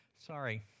Sorry